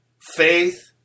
faith